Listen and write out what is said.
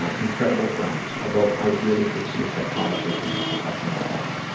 ah incredible friends, although i really should see a psychologist and get professional help.